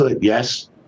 Yes